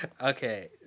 Okay